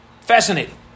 Fascinating